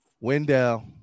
Wendell